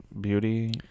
beauty